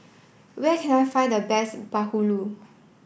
where can I find the best Bahulu